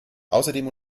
außerdem